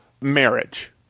marriage